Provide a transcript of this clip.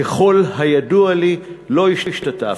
ככל הידוע לי, לא השתתפתי.